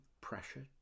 pressure